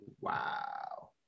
Wow